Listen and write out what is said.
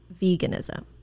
Veganism